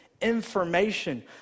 information